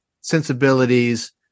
sensibilities